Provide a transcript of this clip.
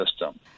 system